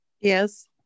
yes